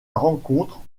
rencontre